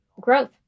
growth